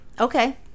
okay